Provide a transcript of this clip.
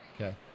okay